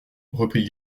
reprit